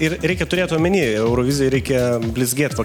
ir reikia turėt omeny eurovizijoj reikia blizgėt va